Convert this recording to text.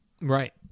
Right